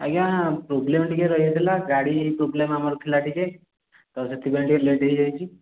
ଆଜ୍ଞା ପ୍ରୋବ୍ଲେମ୍ ଟିକେ ରହିଯାଇଥିଲା ଗାଡ଼ି ପ୍ରୋବ୍ଲେମ୍ ଆମର ଥିଲା ଟିକେ ତ ସେଥିପାଇଁ ଟିକେ ଲେଟ୍ ହେଇଯାଇଛି